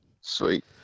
Sweet